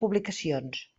publicacions